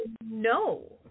no